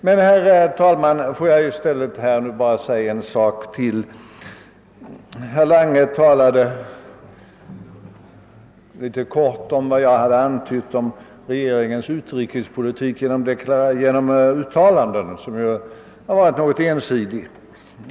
Jag vill, herr talman, bara säga ytterligare en sak. Herr Lange kommenterade kort mina antydningar beträffande regeringens utrikespolitiska uttalanden, som ju varit något ensidiga.